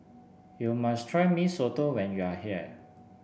you must try Mee Soto when you are here